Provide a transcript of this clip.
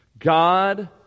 God